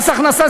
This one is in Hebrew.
מס הכנסה,